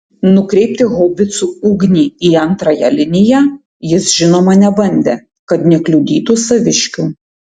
nukreipti haubicų ugnį į antrąją liniją jis žinoma nebandė kad nekliudytų saviškių